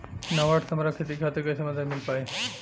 नाबार्ड से हमरा खेती खातिर कैसे मदद मिल पायी?